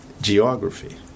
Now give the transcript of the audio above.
geography